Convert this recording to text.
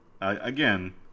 again